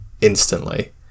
instantly